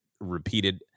repeated